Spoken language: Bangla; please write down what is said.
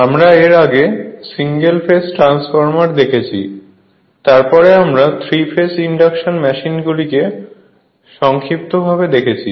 আমরা এর আগে সিঙ্গেল ফেজ ট্রান্সফরমার দেখেছি তারপরে আমরা 3 ফেজ ইন্ডাকশন মেশিনগুলিকে সংক্ষিপ্তভাবে দেখেছি